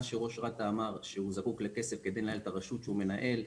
מה שראש רת"א אמר שהוא זקוק לכסף כדי לנהל את הרשות שהוא מנהל,